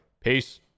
Peace